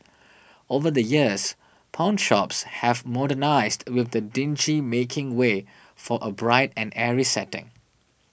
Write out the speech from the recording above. over the years pawnshops have modernised with the dingy making way for a bright and airy setting